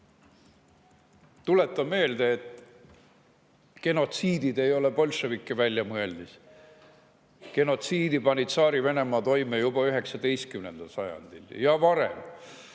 Tuletan meelde, et genotsiid ei ole bolševike väljamõeldis. Genotsiidi pani Tsaari-Venemaa toime juba 19. sajandil ja varem.